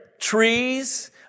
trees